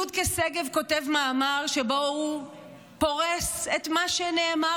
יודקה שגב כותב מאמר שבו הוא פורס את מה שנאמר,